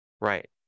Right